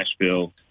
Nashville